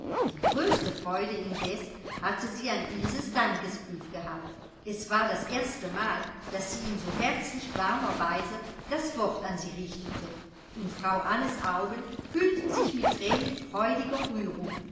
die größte freude indes hatte sie an ilses dankesbrief gehabt es war das erste mal daß sie in so herzlich warmer weise das wort an sie richtete und frau annes augen füllten sich mit thränen freudiger rührung